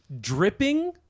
Dripping